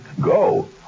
Go